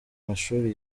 mashuri